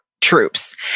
troops